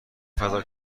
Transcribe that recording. فدا